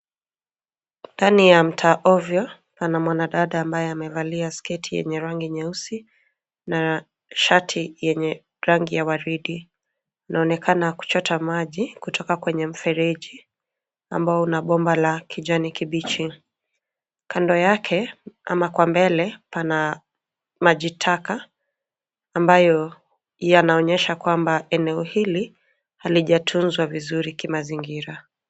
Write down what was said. Ndani ya mtaa ovyo pana mwanadada ambaye amevalia sketi yenye rangi nyeusi na shati yenye rangi ya waridi, anaonekana kuchota maji kutoka kwenye mfereji ambao una bomba la kijani kibichi. Kando yake ama kwa mbele pana maji taka ambayo yanaonyesha kwamba eneo hili halijatunzwa vizuri kimazingira.